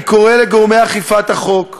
אני קורא לגורמי אכיפת החוק,